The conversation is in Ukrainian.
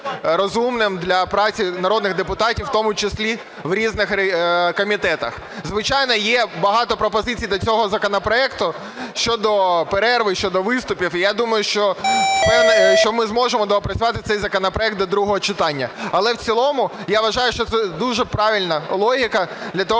розумним для праці народних депутатів, в тому числі в різних комітетах. Звичайно, є багато пропозицій до цього законопроекту щодо перерви, щодо виступів, і я думаю, що ми зможемо доопрацювати цей законопроект до другого читання. Але в цілому я вважаю, що це дуже правильна логіка, для того